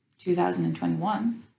2021